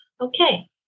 okay